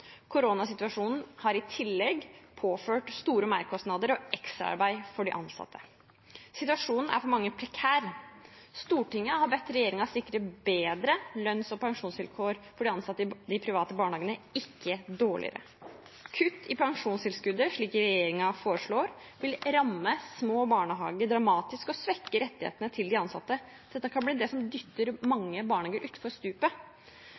Koronasituasjonen har i tillegg påført store merkostnader og ekstraarbeid for de ansatte. Situasjonen er for mange prekær. Stortinget har bedt regjeringen sikre bedre lønns- og pensjonsvilkår for de ansatte i de private barnehagene, ikke dårligere. Kutt i pensjonstilskuddet, slik regjeringen foreslår, vil ramme små barnehager dramatisk og svekke rettighetene til de ansatte. Dette kan bli det som dytter mange barnehager utfor stupet.